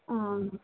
आम्